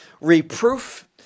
reproof